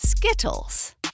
Skittles